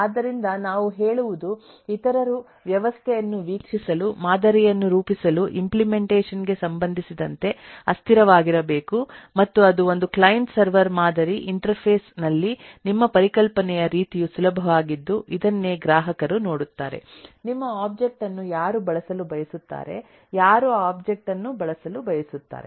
ಆದ್ದರಿಂದ ನಾವು ಹೇಳುವುದು ಇತರರು ವ್ಯವಸ್ಥೆಯನ್ನು ವೀಕ್ಷಿಸಲು ಮಾದರಿಯನ್ನು ರೂಪಿಸಲು ಇಂಪ್ಲೆಮೆಂಟೇಷನ್ ಗೆ ಸಂಬಂಧಿಸಿದಂತೆ ಅಸ್ಥಿರವಾಗಿರಬೇಕು ಮತ್ತು ಅದು ಒಂದು ಕ್ಲೈಂಟ್ ಸರ್ವರ್ ಮಾದರಿ ಇಂಟರ್ಫೇಸ್ ನಲ್ಲಿ ನಿಮ್ಮ ಪರಿಕಲ್ಪನೆಯ ರೀತಿಯು ಸುಲಭವಾಗಿದ್ದು ಇದನ್ನೇ ಗ್ರಾಹಕರು ನೋಡುತ್ತಾರೆ ನಿಮ್ಮ ಒಬ್ಜೆಕ್ಟ್ ಅನ್ನು ಯಾರು ಬಳಸಲು ಬಯಸುತ್ತಾರೆ ಯಾರು ಆ ಒಬ್ಜೆಕ್ಟ್ ಅನ್ನು ಬಳಸಲು ಬಯಸುತ್ತಾರೆ